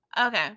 Okay